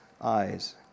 eyes